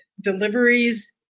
deliveries